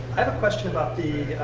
i have a question about the,